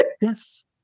Yes